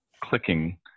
clicking